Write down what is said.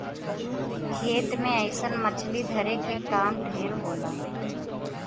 खेत मे अइसन मछली धरे के काम ढेर होला